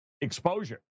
exposure